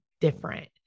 different